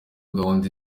gahunda